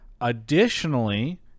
Additionally